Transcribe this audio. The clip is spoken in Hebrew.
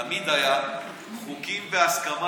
תמיד היו חוקים בהסכמה,